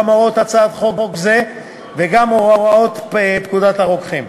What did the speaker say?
הוראות הצעת חוק זו וגם הוראות פקודת הרוקחים.